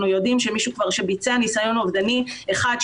יודעים שמישהו שביצע כבר ניסיון אובדני אחד,